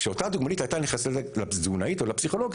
כשאותה דוגמנית הייתה נכנסת לתזונאית או לפסיכולוגית,